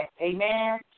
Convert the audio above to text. Amen